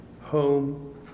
home